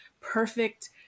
perfect